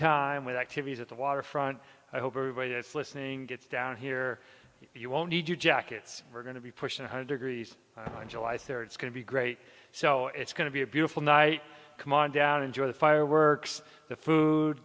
time with activities at the waterfront i hope everybody is listening get down here you won't need your jackets we're going to be pushing one hundred degrees on july third is going to be great so it's going to be a beautiful night come on down enjoy the fireworks